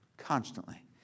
Constantly